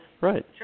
Right